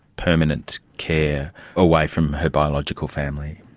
permanent care away from her biological family?